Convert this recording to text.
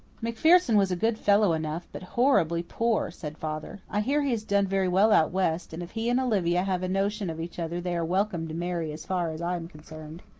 macpherson was a good fellow enough, but horribly poor, said father. i hear he has done very well out west, and if he and olivia have a notion of each other they are welcome to marry as far as i am concerned.